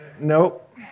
nope